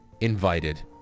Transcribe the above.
invited